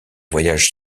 voyage